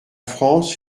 france